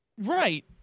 right